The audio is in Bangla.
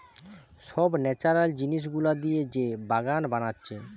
সব ন্যাচারাল জিনিস গুলা দিয়ে যে বাগান বানাচ্ছে